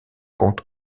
compte